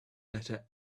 letter